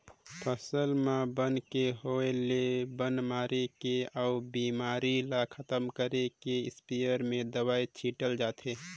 फसल म बन के होय ले बन मारे के अउ बेमारी ल खतम करे बर इस्पेयर में दवई छिटल जाथे